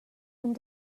and